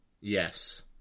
Yes